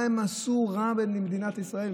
מה הן עשו רע למדינת ישראל?